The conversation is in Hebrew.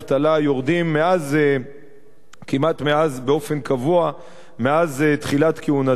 יורדים כמעט באופן קבוע מאז תחילת כהונתה